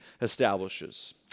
establishes